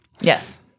Yes